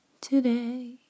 today